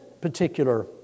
particular